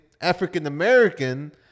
African-American